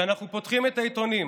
אנחנו פותחים את העיתונים,